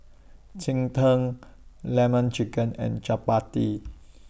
Cheng Tng Lemon Chicken and Chappati